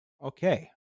Okay